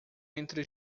entre